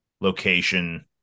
location